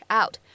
out